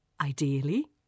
ideally